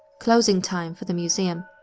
closing time for the museum.